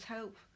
hope